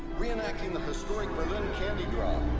reenacting the historic berlin candy drop.